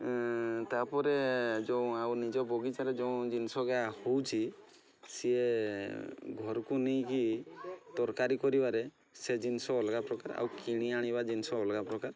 ତା'ପରେ ଯେଉଁ ଆଉ ନିଜ ବଗିଚାରେ ଯେଉଁ ଜିନିଷ ଗାଁ ହେଉଛି ସିଏ ଘରକୁ ନେଇକି ତରକାରୀ କରିବାରେ ସେ ଜିନିଷ ଅଲଗା ପ୍ରକାର ଆଉ କିଣି ଆଣିବା ଜିନିଷ ଅଲଗା ପ୍ରକାର